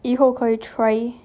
以后可以 try